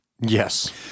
yes